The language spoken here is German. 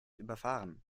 überfahren